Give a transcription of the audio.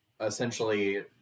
essentially